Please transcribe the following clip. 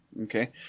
Okay